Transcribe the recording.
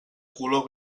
color